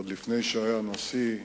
עוד לפני שהיה נשיא,